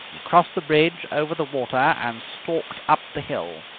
he crossed the bridge over the water and stalked up the hill.